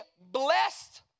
blessed